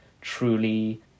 truly